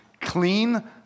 clean